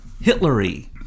Hitlery